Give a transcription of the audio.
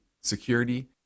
security